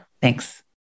Thanks